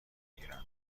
گیرند